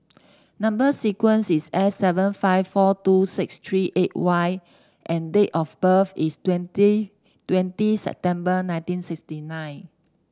number sequence is S seven five four two six three eight Y and date of birth is twenty twenty September nineteen sixty nine